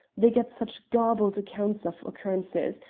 they get such garbled accounts of occurrences,